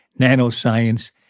nanoscience